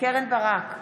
קרן ברק,